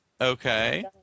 Okay